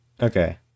Okay